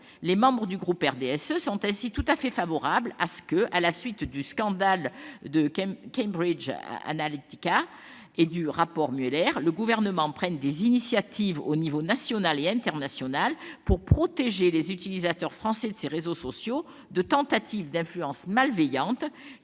Les membres du groupe du RDSE sont ainsi tout à fait favorables à ce que, à la suite du scandale de Cambridge Analytica et de la publication du rapport Mueller, le Gouvernement prenne des initiatives au niveau national et international pour protéger les utilisateurs français de ces réseaux sociaux de tentatives d'influence malveillante,